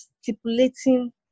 stipulating